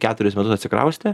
keturis metus atsikraustė